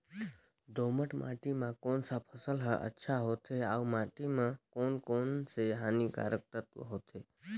दोमट माटी मां कोन सा फसल ह अच्छा होथे अउर माटी म कोन कोन स हानिकारक तत्व होथे?